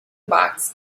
box